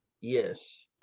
Yes